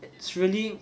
it's really